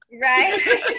Right